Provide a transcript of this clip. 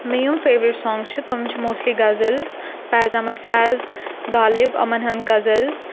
مےٚ یِم favourite song چھِ تِم چھِ موسٹلی غزلٕز فیض احمد فیض غالب یِمن ہنٛد غزلٕز